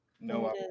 No